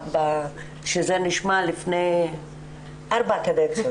שזה נשמע לפני ארבע קדנציות,